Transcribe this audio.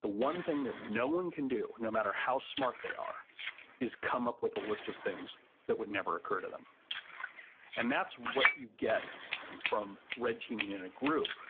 the one thing that no one can do no matter how smart they are is come up with a list of things that would never occur to them and that's what you get from red teaming in a group,